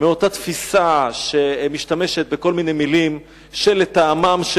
מאותה תפיסה שמשתמשת בכל מיני מלים שלטעמם של